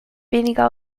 weniger